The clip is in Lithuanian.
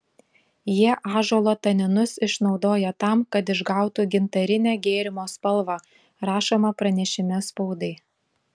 jie ąžuolo taninus išnaudoja tam kad išgautų gintarinę gėrimo spalvą rašoma pranešime spaudai